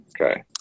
Okay